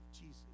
Jesus